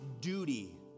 duty